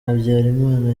habyarimana